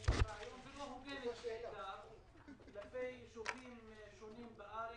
הוגנת כלפי יישובים שונים בארץ,